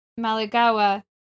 malagawa